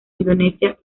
indonesia